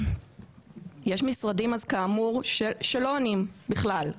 יש משרדים, כאמור, שלא עונים בכלל.